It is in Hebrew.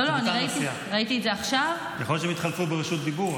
יכול להיות שהם התחלפו ברשות דיבור,